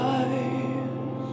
eyes